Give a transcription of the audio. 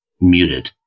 muted